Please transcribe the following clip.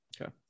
Okay